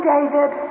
David